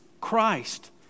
Christ